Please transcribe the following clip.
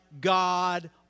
God